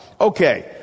Okay